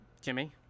Jimmy